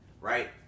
right